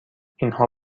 اینها